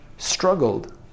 Struggled